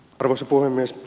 arvoisa puhemies